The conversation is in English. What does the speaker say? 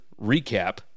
recap